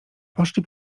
poszli